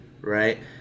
right